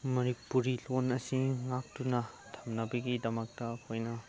ꯃꯅꯤꯄꯨꯔꯤ ꯂꯣꯟ ꯑꯁꯤ ꯉꯥꯛꯇꯨꯅ ꯊꯝꯅꯕꯒꯤꯗꯃꯛꯇ ꯑꯩꯈꯣꯏꯅ